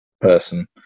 person